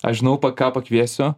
aš žinau ką pakviesiu